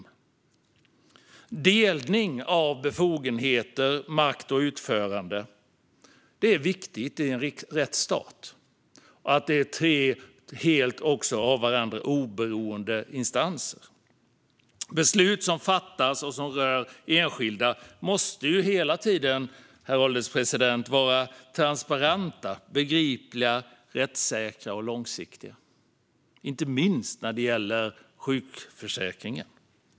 Delning av befogenheter, makt och utförande är viktigt i en rättsstat. Det ska också vara tre helt av varandra oberoende instanser. Beslut som fattas och som rör enskilda måste alltid vara transparenta, begripliga, rättssäkra och långsiktiga, inte minst när det gäller sjukförsäkringen.